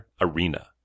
Arena